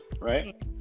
Right